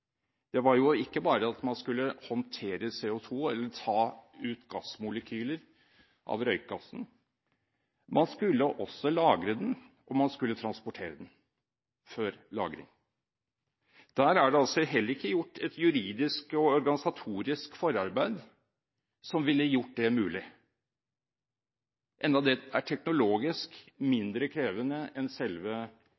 Det var jo ikke bare at man skulle håndtere CO2 eller ta ut gassmolekyler av røykgassen, man skulle også lagre den, og man skulle transportere den før lagring. Der er det altså heller ikke gjort et juridisk og organisatorisk forarbeid som ville gjort det mulig, enda det er teknologisk